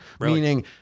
Meaning